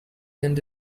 and